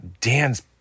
Dan's